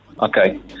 Okay